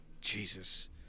Jesus